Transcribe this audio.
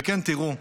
וכן, תראו,